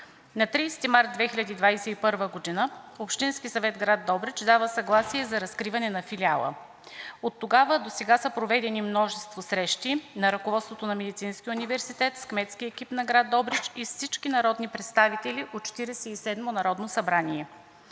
На 30 март 2021 г. Общински съвет – град Добрич, дава съгласие за разкриване на филиала. Оттогава досега са проведени множество срещи на ръководството на Медицинския университет с кметския екип на град Добрич и всички народни представители от Четиридесет